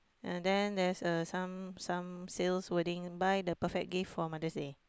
uh then there's a some some sales wording buy the perfect gift for Mother's Day